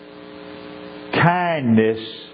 Kindness